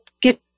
get